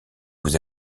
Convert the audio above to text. vous